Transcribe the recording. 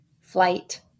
flight